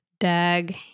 Dag